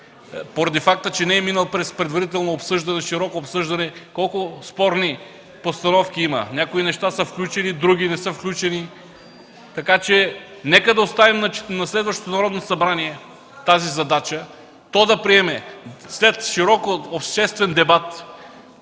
поради факта, че не е минал през предварително обсъждане, широко обсъждане, колко спорни постановки има. Някои неща са включени, други не са включени, така че нека да оставим на следващото Народно събрание тази задача, то да приеме след широк обществен дебат